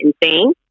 insane